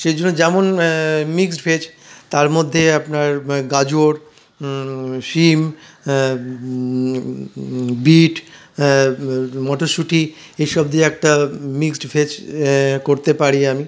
সে জন্য যেমন mixed veg তার মধ্যে আপনার গাজর শিম বীট মটরশুটি এইসব দিয়ে একটা মিক্সড ভেজ করতে পারি আমি